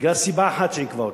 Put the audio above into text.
בגלל סיבה אחת שעיכבה אותה,